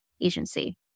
agency